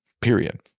period